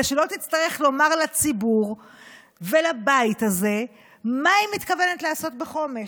שלא תצטרך לומר לציבור ולבית הזה מה היא מתכוונת לעשות בחומש.